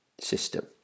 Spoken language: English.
system